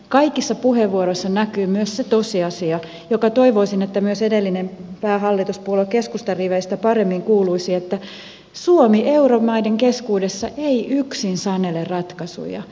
kaikissa puheenvuoroissa näkyy myös se tosiasia jonka toivoisin myös edellisen päähallituspuolueen keskustan riveistä paremmin kuuluvan että suomi euromaiden keskuudessa ei yksin sanele ratkaisuja